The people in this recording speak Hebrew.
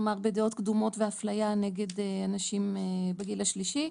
כלומר בדעות קדומות ואפליה נגד אנשים בגיל השלישי,